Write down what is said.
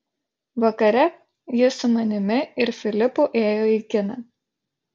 vakare jis su manimi ir filipu ėjo į kiną